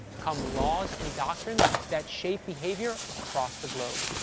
come laws and doctrines that shape behavior across the globe.